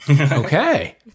Okay